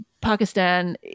Pakistan